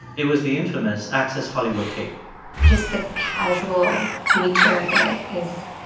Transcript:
it was the infamous access hollywood tape just the casual nature of it is